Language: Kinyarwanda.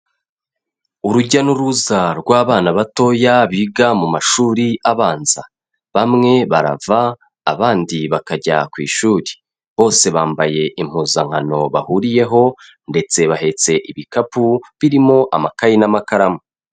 Urujya n'uruza rw'abana batoya biga mu mashuri abanza. Bamwe barava abandi bakajya ku ishuri. Bose bambaye impuzankano bahuriyeho ndetse bahetse ibikapu birimo amakayi n'amakaramu.